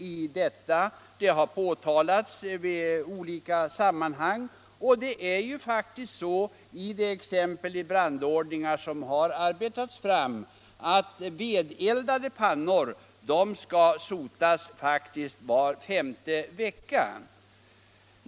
Förhållandena har påtalats i olika sammanhang, och det är faktiskt så att i de brandordningar som arbetats fram föreskrivs att vedeldade pannor skall sotas var femte vecka.